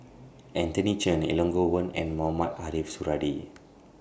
Anthony Chen Elangovan and Mohamed Ariff Suradi